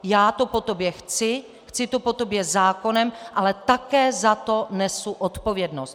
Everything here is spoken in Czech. Já to po tobě chci, chci to po tobě zákonem, ale také za to nesu odpovědnost.